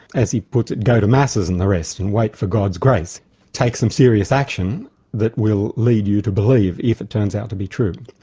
as he puts it, go to masses and the rest and wait for god's grace take some serious action that will lead you to believe if it turns out to be true.